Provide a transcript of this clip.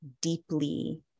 deeply